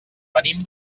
venim